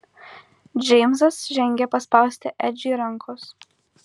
džeimsas žengė paspausti edžiui rankos